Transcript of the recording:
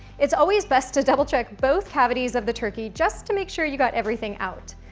it's always best to double-check both cavities of the turkey, just to make sure you got everything out.